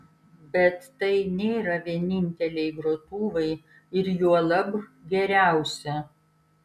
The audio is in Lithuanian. bet tai nėra vieninteliai grotuvai ir juolab geriausi